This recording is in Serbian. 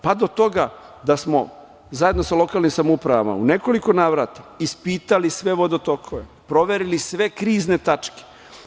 Pa, do toga da smo zajedno sa lokalnim samoupravama u nekoliko navrata ispitali sve vodotokove, proverili sve krizne tačke.